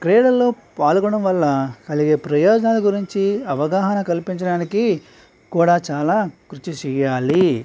క్రీడల్లో పాల్గొనడం వల్ల కలిగే ప్రయోజనాల గురించి అవగాహన కల్పించడానికి కూడా చాలా కృషి చేయాలి